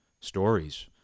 Stories